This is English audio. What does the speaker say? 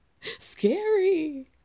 scary